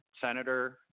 Senator